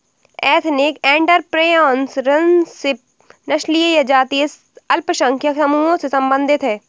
ethnic entrepreneurship नस्लीय या जातीय अल्पसंख्यक समूहों से संबंधित हैं